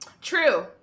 True